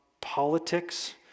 politics